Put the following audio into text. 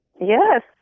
Yes